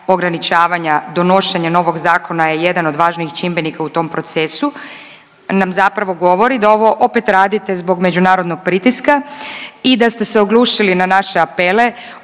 ograničavanja. Donošenja novog zakona je jedan od važnijih čimbenika u tom procesu nam zapravo govori da ovo opet radite zbog međunarodnog pritiska i da ste se oglušili na naše apele